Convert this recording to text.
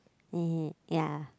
ya